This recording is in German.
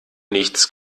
nichts